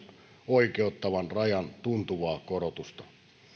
oikeuttavan rajan tuntuvaa korotusta